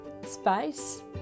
space